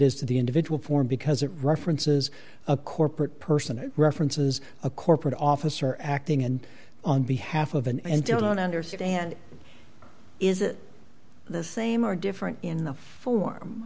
is to the individual form because it references a corporate person it references a corporate office or acting and on behalf of and don't understand is the same or different in the form